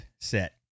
Set